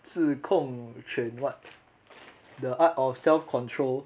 自控 train what the art of self control